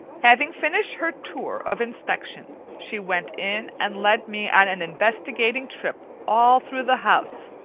having finished her tour of inspection, she went in and led me on an investigating trip all through the house,